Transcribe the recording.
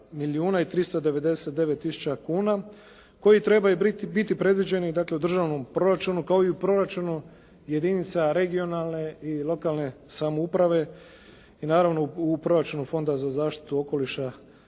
399 tisuća kuna koji trebaju biti predviđeni u državnom proračunu kao i u proračunu jedinica regionalne i lokalne samouprave i naravno u proračunu Fonda za zaštitu okoliša